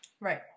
Right